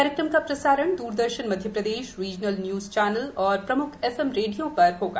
कार्यक्रम का प्रसारण Doordarshan Madhya Pradesh regional news channels व प्रमुख एफएम रेडियो पर होगा